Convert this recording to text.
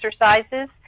exercises